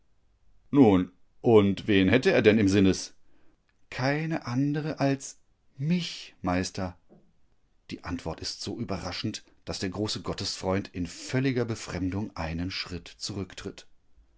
nun und wen hätte er denn im sinnes keine andere als mich meister die antwort ist so überraschend daß der große gottesfreund in völliger befremdung einen schritt zurücktritt